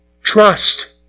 trust